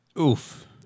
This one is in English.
Oof